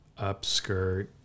Upskirt